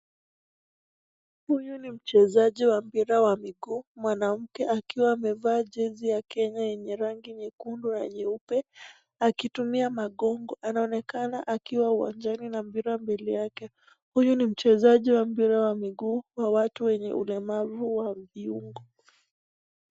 Huyu ni mchezaji wa mpira wa miguu, mwanamke akiwa amevaa jezi ya Kenya yenye rangi nyekundu na nyeupe akitumia magongo. Anaonekana akiwa uwanjani na mpira mbele yake. Huyu ni mchezaji wa mpira wa miguu wa watu wenye ulemavu wa viungo.